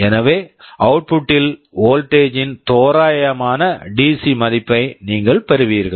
எனவே output output ல் voltage voltage ன் தோராயமான டிசி DC மதிப்பை நீங்கள் பெறுவீர்கள்